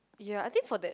ya I think for that